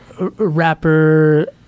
rapper-